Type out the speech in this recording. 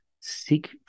seek